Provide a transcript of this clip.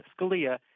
Scalia